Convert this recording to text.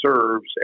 serves